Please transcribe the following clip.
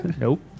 Nope